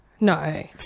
No